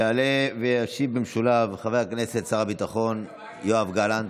יעלה וישיב במשולב חבר הכנסת שר הביטחון יואב גלנט,